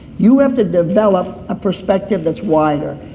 you have to develop a perspective that's wider.